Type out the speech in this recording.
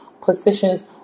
positions